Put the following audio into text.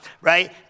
right